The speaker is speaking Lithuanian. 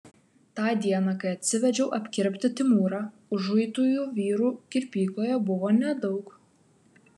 tą dieną kai atsivedžiau apkirpti timūrą užuitųjų vyrų kirpykloje buvo nedaug